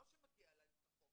לא שמגיע להם כחוק.